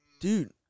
Dude